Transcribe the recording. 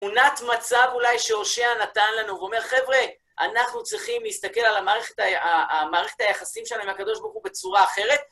תמונת מצב אולי שהושע נתן לנו, והוא אומר, חבר'ה, אנחנו צריכים להסתכל על המערכת היחסים שלנו עם הקדוש ברוך הוא בצורה אחרת.